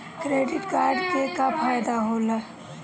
Credit card के का फायदा होला?